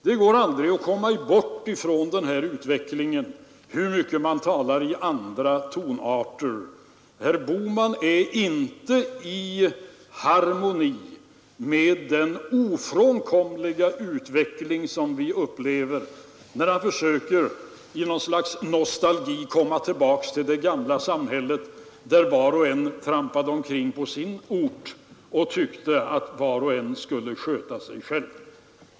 Det går aldrig att komma bort från denna utveckling, hur mycket man än talar i andra tonarter Herr Bohman är inte i harmoni med den ofrånkomliga utveckling som vi upplever när han försöker att i något slags nostalgi komma tillbaka till det gamla samhället, där var och en trampade omkring på sin ort och tyckte att var och en skulle sköta sig själv.